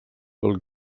pel